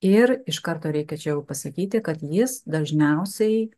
ir iš karto reikia čia jau pasakyti kad jis dažniausiai